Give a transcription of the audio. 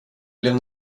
blev